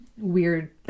weird